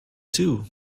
too